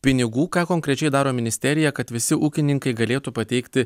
pinigų ką konkrečiai daro ministerija kad visi ūkininkai galėtų pateikti